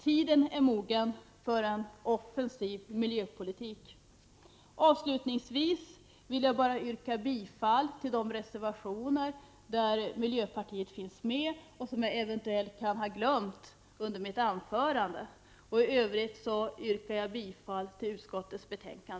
Tiden är mogen för en offensiv miljöpolitik. Avslutningsvis vill jag yrka bifall till de reservationer där miljöpartiet finns med och som jag eventuellt kan ha glömt att yrka bifall till under mitt anförande. I övrigt yrkar jag bifall till utskottets hemställan.